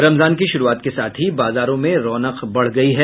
रमजान की शुरूआत के साथ ही बाजारों में रौनक बढ़ गयी है